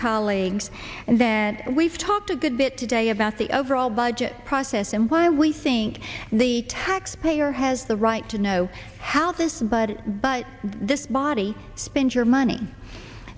colleagues and then we've talked a good bit today about the overall budget process and why we think the tax payer has the right to know how this but but this body spend your money